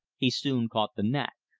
he soon caught the knack.